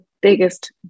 biggest